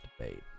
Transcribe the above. debate